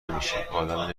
نمیشیم، ادم